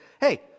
hey